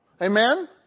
Amen